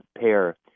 pair